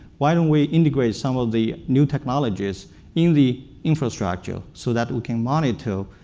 why don't we integrate some of the new technologies in the infrastructure so that we can monitor,